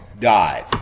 died